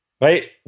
Right